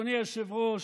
אדוני היושב-ראש,